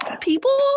people